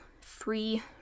free